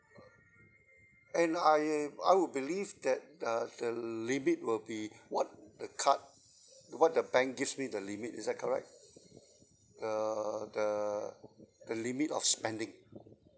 and I I would believe that uh the limit will be what the card what the bank give me the limit is that correct the the limit of spending